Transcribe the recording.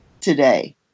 today